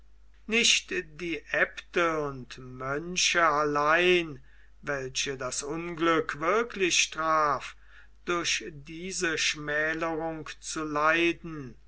nicht die aebte und mönche allein welche das unglück wirklich traf durch diese schmälerung zu leiden